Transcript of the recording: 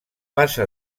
passa